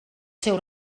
seu